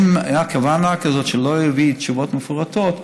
ואם הייתה כוונה כזאת שלא אביא תשובות מפורטות,